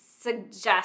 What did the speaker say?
suggest